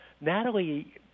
Natalie